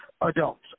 adults